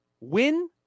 win